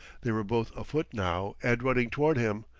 they were both afoot, now, and running toward him,